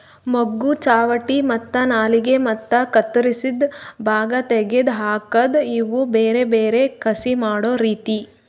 ಮೊಗ್ಗು, ಚಾವಟಿ ಮತ್ತ ನಾಲಿಗೆ ಮತ್ತ ಕತ್ತುರಸಿದ್ ಭಾಗ ತೆಗೆದ್ ಹಾಕದ್ ಇವು ಬೇರೆ ಬೇರೆ ಕಸಿ ಮಾಡೋ ರೀತಿ